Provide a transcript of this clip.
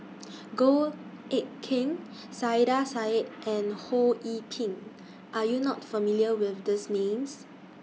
Goh Eck Kheng Saiedah Said and Ho Yee Ping Are YOU not familiar with These Names